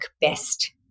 best